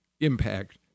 impact